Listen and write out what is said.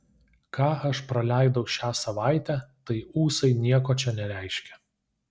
ką aš praleidau šią savaitę tai ūsai nieko čia nereiškia